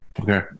okay